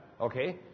Okay